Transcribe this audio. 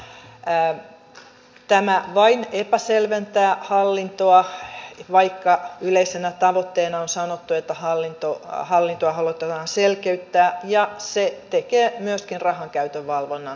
tämä vain epäselventää hallintoa vaikka yleisenä tavoitteena on sanottu että hallintoa halutaan selkeyttää ja se tekee myöskin rahankäytön valvonnan vaikeammaksi